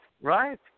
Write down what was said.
Right